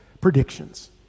predictions